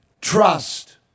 trust